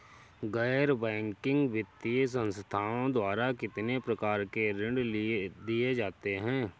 गैर बैंकिंग वित्तीय संस्थाओं द्वारा कितनी प्रकार के ऋण दिए जाते हैं?